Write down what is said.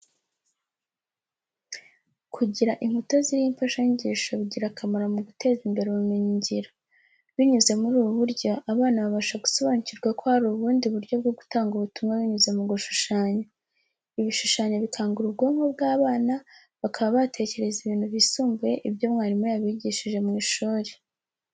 Kugira inkuta ziriho imfashanyigisho bigira akamaro mu guteza imbere ubumenyingiro. Binyuze muri ubu buryo, abana babasha gusobanukirwa ko hari ubundi buryo bwo gutanga ubutumwa binyuze mu gushushanya. Ibishushanyo bikangura ubwonko bw'abana bakaba batekereza ibintu bisumbye ibyo mwarimu yabigishije mu ishuri.